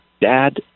Dad